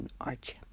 arch